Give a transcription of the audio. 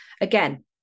again